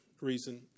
reason